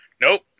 nope